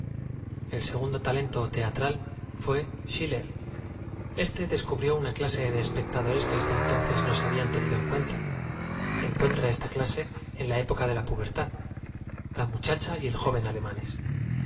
l segundo talento teatral fué schiller éate descubrió una clase de espectadores que hasta entonces do se habian tenido en cuenta en cuentra esta clase en la época de la pubertad la mu chacha y el jo ven alemanes